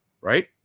right